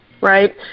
right